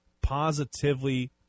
positively